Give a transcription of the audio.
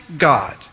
God